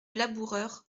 laboureur